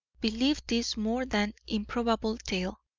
believed this more than improbable tale